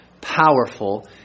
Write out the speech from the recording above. powerful